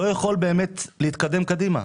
לא יכול באמת להתקדם קדימה,